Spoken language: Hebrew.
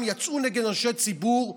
הם יצאו נגד אנשי ציבור,